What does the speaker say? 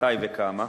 מתי וכמה,